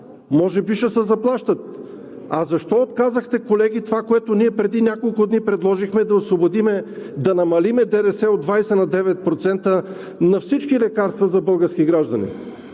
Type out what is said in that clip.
Може би ще се заплащат! А защо отказахте, колеги, това, което ние преди няколко дни предложихме – да намалим ДДС от 20 на 9% на всички лекарства за български граждани?